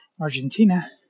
Argentina